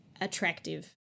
attractive